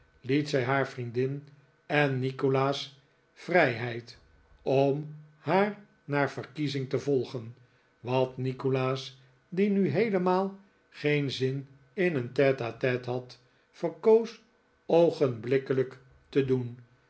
het zij haar vriendin en nikolaas vrijheid om haar naar verkiezing te volgen wat nikolaas die nu heelemaal geen zin in een tete a tete had verkoos oogenblikkelijk te doen